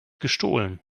gestohlen